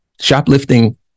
Shoplifting